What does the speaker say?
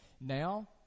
Now